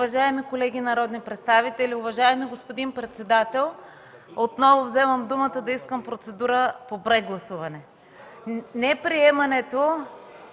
Уважаеми колеги народни представители, уважаеми господин председател, отново взимам думата да искам процедура по прегласуване.